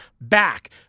back